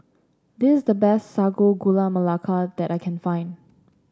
this is the best Sago Gula Melaka that I can find